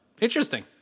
Interesting